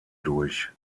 durch